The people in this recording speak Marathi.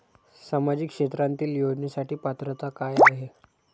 सामाजिक क्षेत्रांतील योजनेसाठी पात्रता काय आहे?